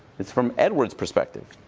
it's from edward's perspective.